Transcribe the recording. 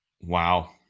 Wow